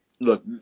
Look